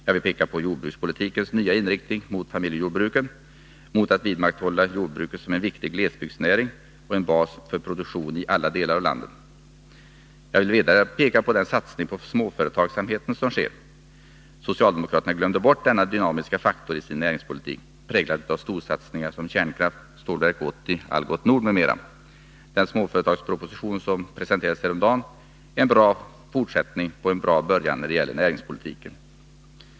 Jag vill peka på jordbrukspolitikens nya inriktning mot familjejordbruken och mot att man skall vidmakthålla jordbruket som en viktig glesbygdsnäring och en bas för produktionen i alla delar av landet. Jag vill vidare peka på den satsning på småföretagsamheten som sker. Socialdemokraterna glömde bort denna dynamiska faktor i sin näringspolitik, präglad av storsatsningar som kärnkraft, Stålverk 80, Algots Nord m.m. Den småföretagsproposition som presenterades häromdagen är en bra fortsättning på en bra början när det gäller näringspolitiken.